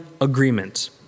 agreement